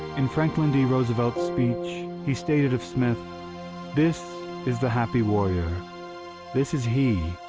in franklin d. roosevelt's speech, he stated of smith this is the happy warrior this is he,